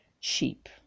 cheap